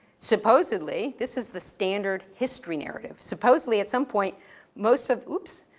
supposedly this is the standard history narrative. supposedly at some point most of oops,